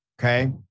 Okay